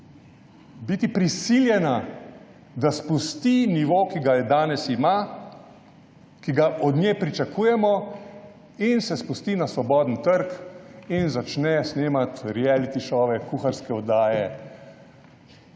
kmalu prisiljena, da spusti nivo, ki ga danes ima, ki ga od nje pričakujemo, in se spusti na svobodni trg in začne snemati reality šove, kuharske oddaje,